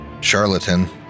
charlatan